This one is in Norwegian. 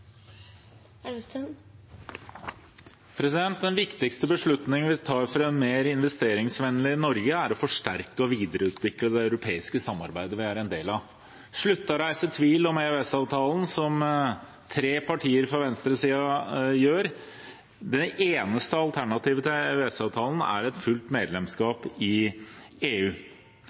å forsterke og videreutvikle det europeiske samarbeidet vi er en del av, og slutte å reise tvil om EØS-avtalen, som tre partier fra venstresiden gjør. Det eneste alternativet til EØS-avtalen er fullt medlemskap i EU.